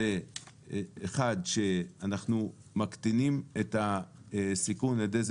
זה 1. שאנחנו מקטינים את הסיכון על ידי זה